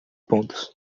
pontos